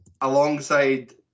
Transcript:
alongside